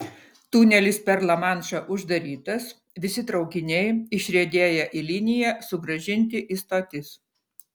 tunelis per lamanšą uždarytas visi traukiniai išriedėję į liniją sugrąžinti į stotis